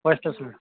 فٔسٹَس منٛز